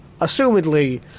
assumedly